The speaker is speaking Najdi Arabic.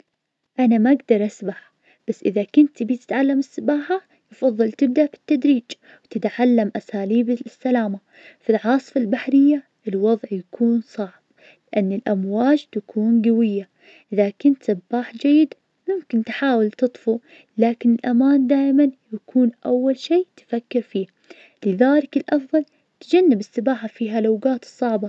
الحمد لله, أقدر اتكلم بالعربي طبعاً, وأحب استخدمه, لأنه لغتي الأم, بعد أقدر أتكلم شوية إنجليزي لأنه مهم في الدراسة والشغل, ويخلني اتواصل مع ناس من مختلف الثقافات, واحب اتعلم لغات جديدة, مثل الإسبانية والتركية, لأنها حلوة وسهلة, كل لغة أفتح لي باب على ثقافة جديدة, وتجارب مختلفة.